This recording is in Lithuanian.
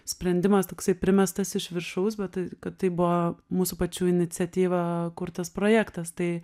sprendimas toksai primestas iš viršaus bet kad tai buvo mūsų pačių iniciatyva kurtas projektas tai